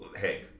Hey